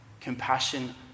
compassion